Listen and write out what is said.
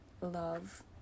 love